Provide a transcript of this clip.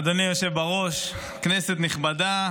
אדוני היושב בראש, כנסת נכבדה,